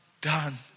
done